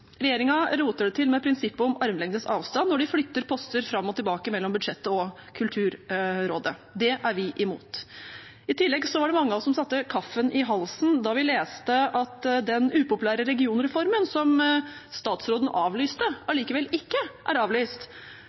roter det til med prinsippet om armlengdes avstand når de flytter poster fram og tilbake mellom budsjettet og Kulturrådet. Det er vi imot. I tillegg var det mange av oss som satte kaffen i halsen da vi leste at den upopulære regionreformen som statsråden avlyste, allikevel ikke er avlyst,